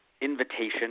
invitation